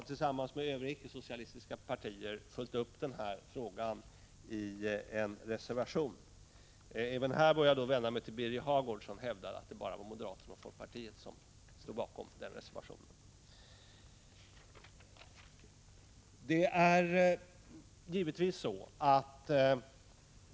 Tillsammans med övriga ickesocialistiska partier har vi följt upp den frågan i en reservation. Även här bör jag då vända mig till Birger Hagård, som hävdar att det bara är moderater och folkpartister som står bakom den reservationen.